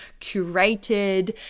curated